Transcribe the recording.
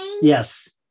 Yes